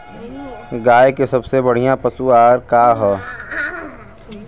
गाय के सबसे बढ़िया पशु आहार का ह?